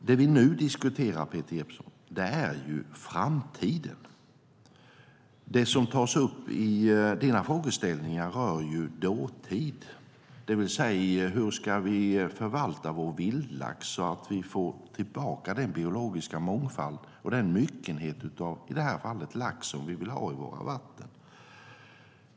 Det vi nu diskuterar, Peter Jeppsson, är framtiden. Det som tas upp i dina frågeställningar rör dåtid, det vill säga: Hur ska vi förvalta vår vildlax så att vi får tillbaka den biologiska mångfald och den myckenhet av, i det här fallet, lax som vi vill ha i våra vatten?